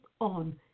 on